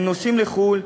הם נוסעים לחו"ל,